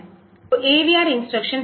तो AVR instruction set